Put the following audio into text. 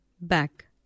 back